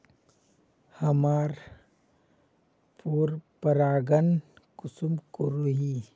हमार पोरपरागण कुंसम रोकीई?